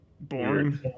boring